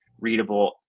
readable